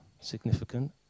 significant